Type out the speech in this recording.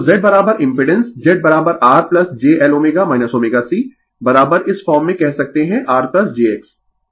तो Z impedance Z R jLω ωC इस form में कह सकते है R jX